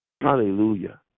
Hallelujah